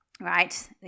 right